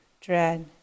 dread